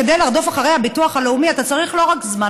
כדי לרדוף אחרי הביטוח הלאומי אתה צריך לא רק זמן,